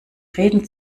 reden